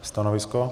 Stanovisko?